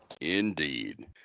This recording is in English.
indeed